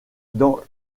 dans